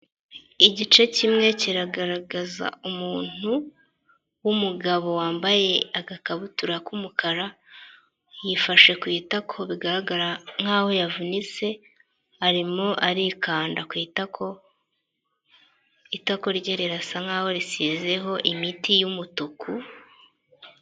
Igice kimwe kiragaragaza umuntu w'umugabo wambaye agakabutura k'umukara yifashe ku itako bigaragara nk'aho yavunitse arimo arikanda ku itako itako rye rirasa nk'aho risizeho imiti y'umutuku.